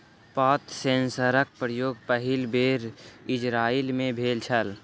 पात सेंसरक प्रयोग पहिल बेर इजरायल मे भेल छल